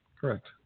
Correct